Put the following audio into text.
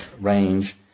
range